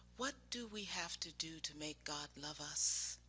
what do we have to do to make god love us?